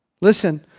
Listen